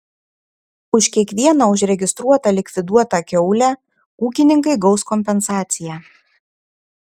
už kiekvieną užregistruotą likviduotą kiaulę ūkininkai gaus kompensaciją